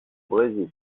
brésil